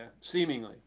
Seemingly